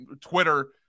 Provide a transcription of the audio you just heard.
Twitter